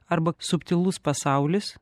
arba subtilus pasaulis